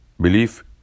Belief